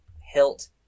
hilt